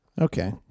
Okay